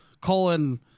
colon